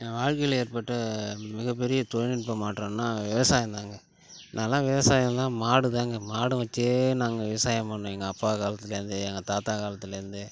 என் வாழ்க்கையில் ஏற்பட்ட மிகப்பெரிய தொழில்நுட்ப மாற்றம்னா விவசாயம் தான்ங்க நான்லாம் விவசாயம்லாம் மாடு தான்ங்க மாட்ட வெச்சே நாங்கள் விவசாயம் பண்ணோம் எங்கள் அப்பா காலத்துலேருந்தே எங்கள் தாத்தா காலத்துலேருந்தே